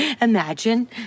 Imagine